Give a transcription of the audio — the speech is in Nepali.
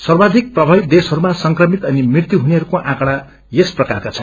सर्वाधिक प्रभावित देशहरूमा संक्रमित अनि मृत्यु हुनेहरूको आफंडा यस प्रकार छन्